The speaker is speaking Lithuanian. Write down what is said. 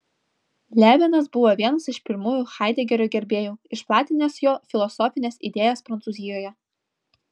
levinas buvo vienas iš pirmųjų haidegerio gerbėjų išplatinęs jo filosofines idėjas prancūzijoje